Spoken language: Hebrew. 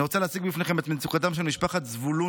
אני רוצה להציג בפניכם את מצוקתם של משפחת זבולוני